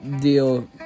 deal